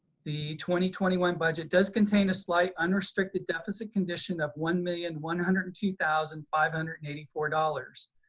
twenty twenty one budget does contain a slight unrestricted deficit condition of one million one hundred and two thousand five hundred and eighty four dollars.